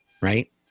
right